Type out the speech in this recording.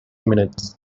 minutes